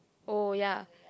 oh ya